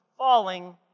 Falling